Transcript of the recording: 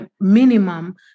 minimum